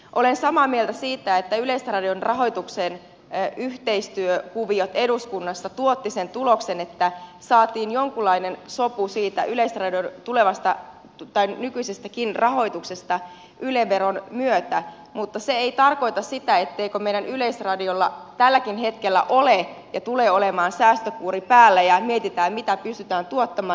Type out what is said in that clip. olen samaa mieltä siitä että yleisradion rahoituksen yhteistyökuviot eduskunnassa tuottivat sen tuloksen että saatiin jonkunlainen sopu siitä yleisradion tulevasta tai nykyisestäkin rahoituksesta yle veron myötä mutta se ei tarkoita sitä etteikö meidän yleisradiolla tälläkin hetkellä ole ja tule olemaan säästökuuri päällä ja mietitä mitä pystytään tuottamaan ja mitä ei